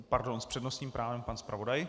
Pardon, s přednostním právem pan zpravodaj.